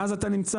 ואז אתה נמצא,